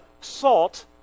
salt